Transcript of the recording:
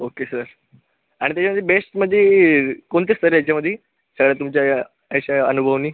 okay sir आणि त्याच्यासाठी best म्हणजे कोणते सर याच्यामध्ये सर तुमच्या या अशा अनुभवानी